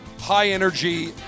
high-energy